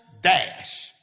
dash